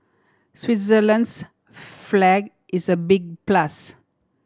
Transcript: Switzerland's flag is a big plus